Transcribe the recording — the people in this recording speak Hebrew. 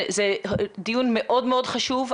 זה דיון מאוד מאוד חשוב,